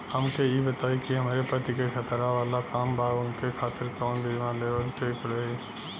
हमके ई बताईं कि हमरे पति क खतरा वाला काम बा ऊनके खातिर कवन बीमा लेवल ठीक रही?